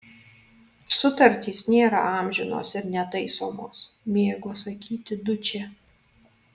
sutartys nėra amžinos ir netaisomos mėgo sakyti dučė